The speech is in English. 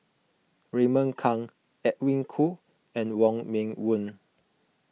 Raymond Kang Edwin Koo and Wong Meng Voon